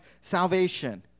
salvation